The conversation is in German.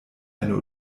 eine